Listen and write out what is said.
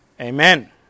Amen